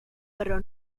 però